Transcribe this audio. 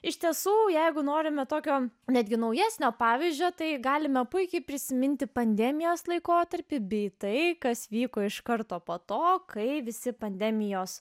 iš tiesų jeigu norime tokio netgi naujesnio pavyzdžio tai galime puikiai prisiminti pandemijos laikotarpį bei tai kas vyko iš karto po to kai visi pandemijos